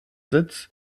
sitz